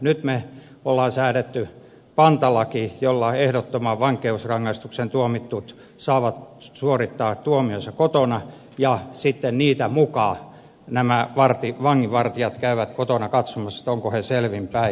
nyt me olemme säätäneet pantalain jolla ehdottomaan vankeusrangaistukseen tuomitut saavat suorittaa tuomionsa kotona ja sitten niitä muka nämä vanginvartijat käyvät kotona katsomassa ovatko he selvin päin